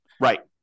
Right